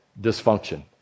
Dysfunction